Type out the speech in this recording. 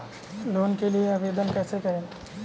Loan के लिए आवेदन कैसे करें?